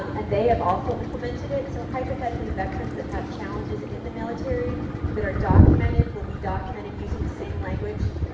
and they have also implemented it. so hypothetically veterans that have challenges in the military that are documented will be documented using the same language.